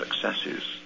successes